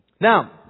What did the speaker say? Now